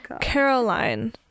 Caroline